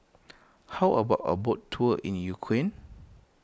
how about a boat tour in Ukraine